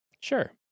Sure